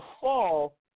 fall